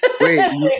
Wait